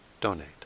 donate